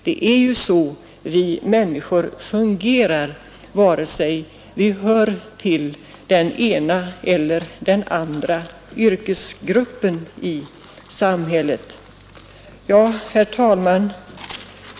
Det är ju så vi människor fungerar vare sig vi tillhör den ena eller andra yrkesgruppen i samhället. Fru talman!